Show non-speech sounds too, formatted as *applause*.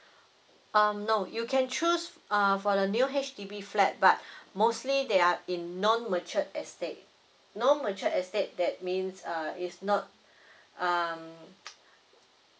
um no you can choose err for the new H_D_B flat but mostly they are in non mature estate non mature estate that means err is not um *noise*